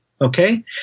Okay